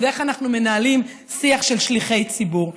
ואיך אנחנו מנהלים שיח של שליחי ציבור.